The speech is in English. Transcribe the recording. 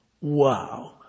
Wow